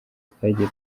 twagiye